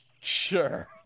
Sure